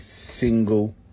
single